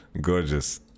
Gorgeous